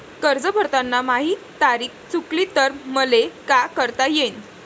कर्ज भरताना माही तारीख चुकली तर मले का करता येईन?